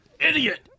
idiot